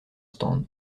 stand